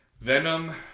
Venom